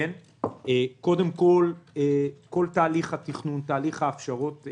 קודם כול כל תהליך התכנון, תהליך ההפשרות.